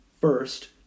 first